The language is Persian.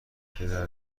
پدر